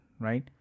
right